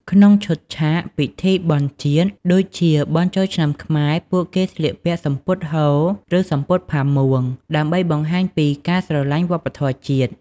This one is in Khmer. ក្នុងឈុតឆាក ពិធីបុណ្យជាតិ ដូចជាបុណ្យចូលឆ្នាំខ្មែរ ពួកគេស្លៀកពាក់ សំពត់ហូល ឬសំពត់ផាមួង ដើម្បីបង្ហាញពីការស្រលាញ់វប្បធម៌ជាតិ។